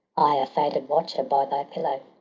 i, a faded watcher by thy pillow,